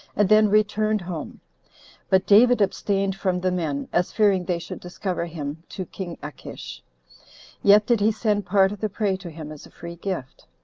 and then returned home but david abstained from the men, as fearing they should discover him to king achish yet did he send part of the prey to him as a free gift.